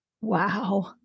Wow